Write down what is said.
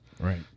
Right